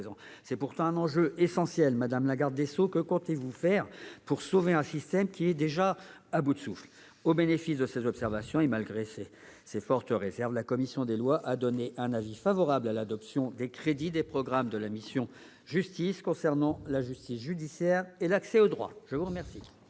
C'est pourtant un enjeu essentiel. Madame la garde des sceaux, que comptez-vous faire pour sauver un système qui est aujourd'hui à bout de souffle ? Au bénéfice de ces observations, et malgré ces fortes réserves, la commission des lois a donné un avis favorable à l'adoption des crédits des programmes de la mission « Justice » concernant la justice judiciaire et l'accès au droit. Monsieur le